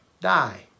die